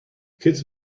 kids